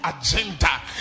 agenda